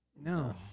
No